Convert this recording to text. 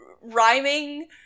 rhyming